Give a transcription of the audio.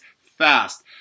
fast